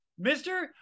Mr